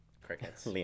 Crickets